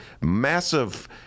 massive